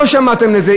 לא שמעתם לזה,